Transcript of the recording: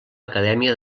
acadèmia